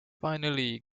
finally